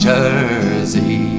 Jersey